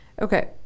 Okay